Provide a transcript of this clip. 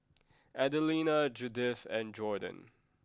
Adelina Judith and Jordon